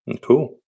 Cool